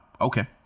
okay